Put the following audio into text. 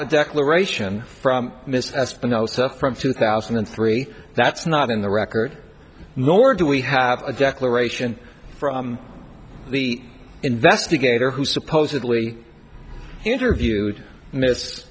a declaration from miss espinosa from two thousand and three that's not in the record nor do we have a declaration from the investigator who supposedly interviewed m